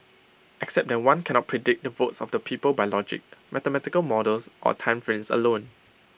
except that one cannot predict the votes of the people by logic mathematical models or time frames alone